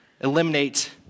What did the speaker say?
eliminate